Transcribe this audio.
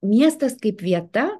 miestas kaip vieta